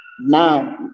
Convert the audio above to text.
now